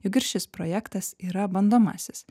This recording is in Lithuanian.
jog ir šis projektas yra bandomasis